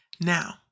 Now